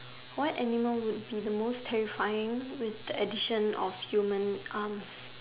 what animal would be the most terrifying with the addition of human arm